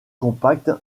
compacte